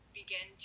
begin